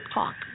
talk